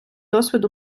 досвід